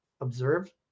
observe